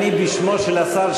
בשמו של השר,